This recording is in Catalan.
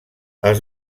els